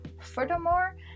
Furthermore